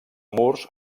murs